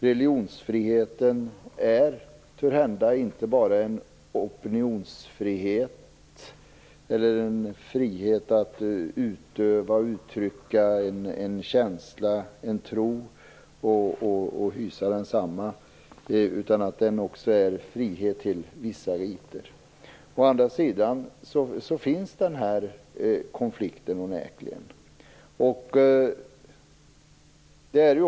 Religionsfriheten är törhända inte bara en opinionsfrihet eller en frihet att utöva och uttrycka en känsla eller tro och att hysa densamma. Den kanske också är en frihet till vissa riter. Å andra sidan finns den här konflikten onekligen.